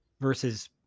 versus